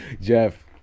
Jeff